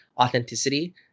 authenticity